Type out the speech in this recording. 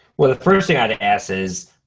well, the first thing i'd ask is,